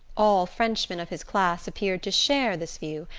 all frenchmen of his class appeared to share this view,